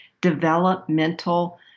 developmental